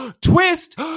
Twist